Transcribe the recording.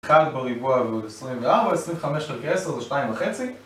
1 בריבוע ועוד 24, 25 חלקי 10 זה 2.5